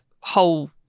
whole